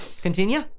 Continue